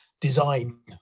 design